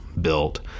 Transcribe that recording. built